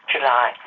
July